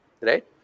right